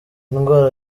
ndwara